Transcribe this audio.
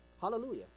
hallelujah